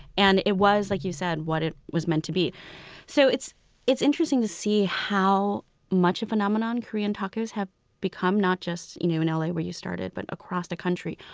and it was, like you said, what it was meant to be so it's it's interesting to see how much a phenomenon korean tacos have become not just you know in l a. where you started, but across the country.